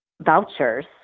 vouchers